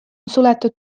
suletud